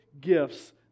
gifts